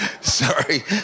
sorry